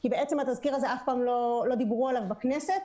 כי בעצם אף פעם לא דיברו עליו בכנסת.